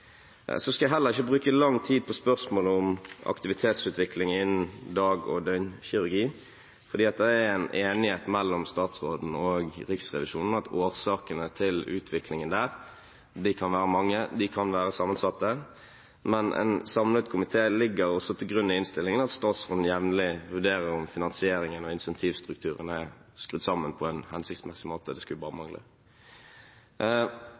skal heller ikke bruke lang tid på spørsmålet om aktivitetsutvikling innen dag- og døgnkirurgi, for det er en enighet mellom statsråden og Riksrevisjonen om at årsakene til utviklingen der kan være mange og sammensatte. Men en samlet komité legger i innstillingen også til grunn at statsråden jevnlig vurderer om finansieringen og incentivstrukturen er skrudd sammen på en hensiktsmessig måte – det skulle bare